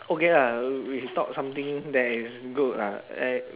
okay lah w~ we talk something that is good lah like